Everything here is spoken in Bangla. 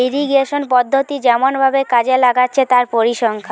ইরিগেশন পদ্ধতি কেমন ভাবে কাজে লাগছে তার পরিসংখ্যান